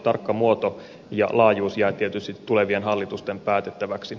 tarkka muoto ja laajuus jäävät tietysti tulevien hallitusten päätettäviksi